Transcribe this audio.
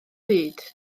byd